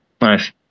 nice